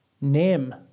name